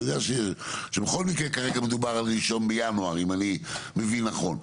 אתה יודע שבכל מקרה כרגע מדובר על ה-1 בינואר אם אני מבין נכון.